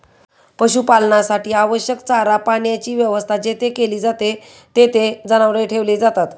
पशुपालनासाठी आवश्यक चारा पाण्याची व्यवस्था जेथे केली जाते, तेथे जनावरे ठेवली जातात